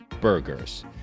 burgers